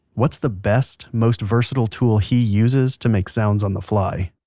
what's the best, most versatile tool he uses to make sounds on the fly?